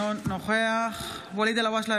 אינו נוכח ואליד אלהואשלה,